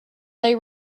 they